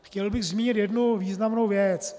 Chtěl bych zmínit jednu významnou věc.